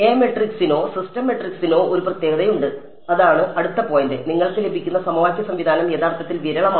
A മെട്രിക്സിനോ system മാട്രിക്സിനോ ഒരു പ്രത്യേകതയുണ്ട് അതാണ് അടുത്ത പോയിന്റ് നിങ്ങൾക്ക് ലഭിക്കുന്ന സമവാക്യ സംവിധാനം യഥാർത്ഥത്തിൽ വിരളമാണ്